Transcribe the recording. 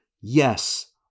Yes